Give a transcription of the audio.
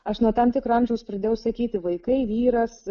aš nuo tam tikro amžiaus pradėjau sakyti vaikai vyras